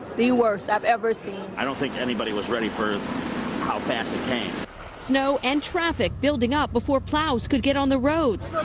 the worst i've ever seen. i don't think anybody was ready for how fast snow and traffic building up before plows could get on the roads.